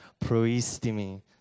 Proistimi